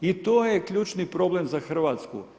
I to je ključni problem za Hrvatsku.